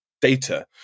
data